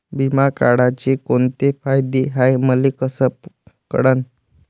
बिमा काढाचे कोंते फायदे हाय मले कस कळन?